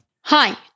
Hi